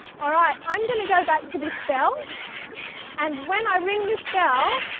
alright, i'm going to go back to this bell and when i ring this bell,